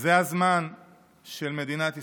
זה הזמן של מדינת ישראל,